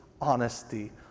honesty